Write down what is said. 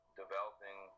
developing